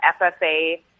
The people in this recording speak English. FFA